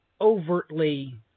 overtly